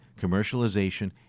commercialization